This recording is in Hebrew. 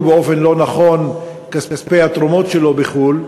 באופן לא נכון כספי התרומות שלו בחו"ל,